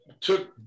took –